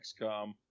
XCOM